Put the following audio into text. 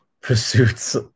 pursuits